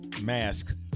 Mask